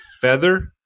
feather